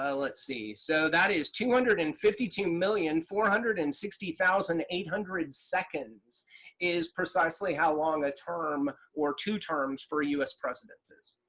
let's see, so that is two hundred and fifty two million four hundred and sixty thousand eight hundred seconds is precisely how long a term, or two terms for us presidents is.